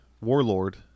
warlord